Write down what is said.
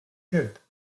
geld